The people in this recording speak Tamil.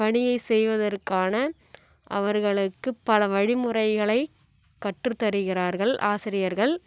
பணியைச் செய்வதற்கான அவர்களுக்குப் பல வழிமுறைகளைக் கற்றுத்தருகிறார்கள் ஆசிரியர்கள்